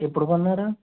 ఎప్పుడు కొన్నారు